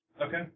Okay